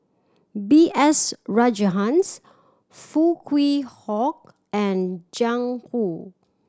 B S Rajhans Foo Kwee and Jiang Hu